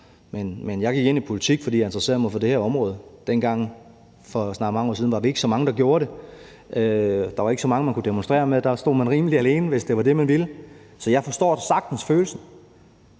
Jeg gik ind i politik, fordi jeg interesserer mig for det her område. Dengang for snart mange år siden var vi ikke så mange, der gjorde det. Der var ikke så mange, man kunne demonstrere med. Der stod man rimelig alene, hvis det var det, man ville. Men der er noget, jeg